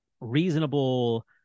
reasonable